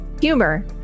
Humor